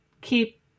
keep